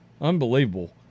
unbelievable